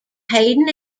hayden